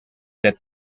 that